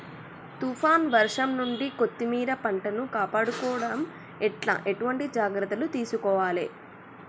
తుఫాన్ వర్షం నుండి కొత్తిమీర పంటను కాపాడుకోవడం ఎట్ల ఎటువంటి జాగ్రత్తలు తీసుకోవాలే?